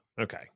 Okay